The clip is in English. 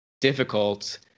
difficult